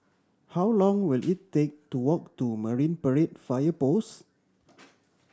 how long will it take to walk to Marine Parade Fire Post